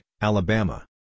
Alabama